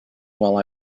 while